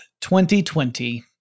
2020